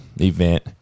event